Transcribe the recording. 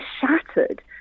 shattered